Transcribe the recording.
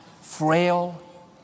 frail